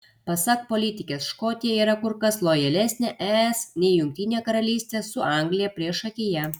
pasak politikės škotija yra kur kas lojalesnė es nei jungtinė karalystė su anglija priešakyje